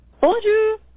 Bonjour